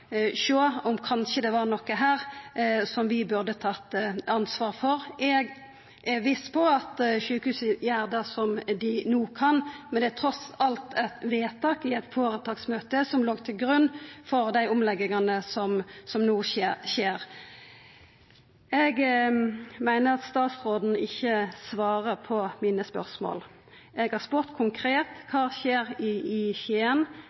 sjå om det kanskje er noko her som vi burde ha tatt ansvar for. Eg er viss på at sjukehuset gjer det som dei kan no, men det er trass alt eit vedtak i eit føretaksmøte som ligg til grunn for dei omleggingane som no skjer. Eg meiner at statsråden ikkje svarar på mine spørsmål. Eg har spurt konkret: Kva skjer i